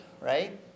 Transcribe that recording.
right